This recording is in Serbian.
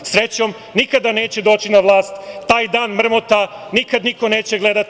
Srećom, nikada neće dođi na vlast, taj dan mrmota nikada niko neće gledati.